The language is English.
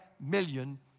million